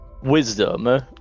Wisdom